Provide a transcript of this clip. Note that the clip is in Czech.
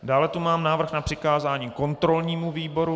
Dále tu mám návrh na přikázání kontrolnímu výboru.